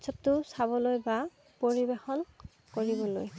উৎসৱটো চাবলৈ বা পৰিবেশন কৰিবলৈ